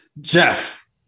Jeff